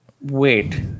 Wait